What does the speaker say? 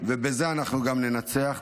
ובזה אנחנו גם ננצח.